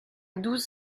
douze